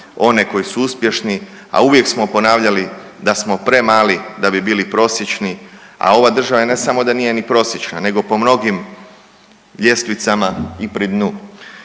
one koji su uspješni, a uvijek smo ponavljali da smo premali da bi bili prosječni. A ova država ne samo da nije ni prosječna nego po mnogim ljestvicama i pri dnu.